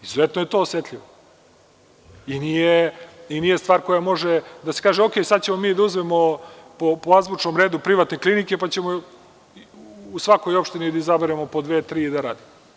Izuzetno je to osetljivo i nije stvar za koju može da se kaže – u redu, sad ćemo mi da uzmemo po azbučnom redu privatne klinike, pa ćemo u svakoj opštini da izaberemo po dve-tri da rade.